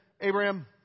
Abraham